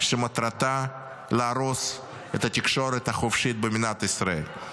שמטרתה להרוס את התקשורת החופשית במדינת ישראל: